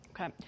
Okay